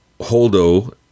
Holdo